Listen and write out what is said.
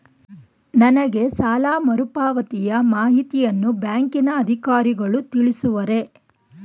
ನನಗೆ ಸಾಲ ಮರುಪಾವತಿಯ ಮಾಹಿತಿಯನ್ನು ಬ್ಯಾಂಕಿನ ಅಧಿಕಾರಿಗಳು ತಿಳಿಸುವರೇ?